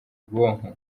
bwonko